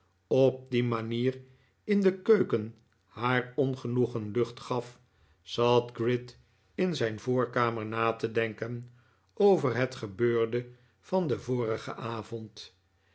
op die manier in de keuken haar ongenoegen lucht gaf zat gride in zijn voorkamer na te denken over het gebeurde van den vorigen avond